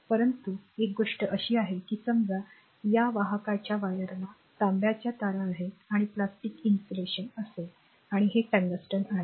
परंतु एक गोष्ट अशी आहे की समजा या वाहकाच्या वायरला तांब्याच्या तारा आहेत आणि प्लास्टिक इन्सुलेशन असेल आणि हे टंगस्टन आहे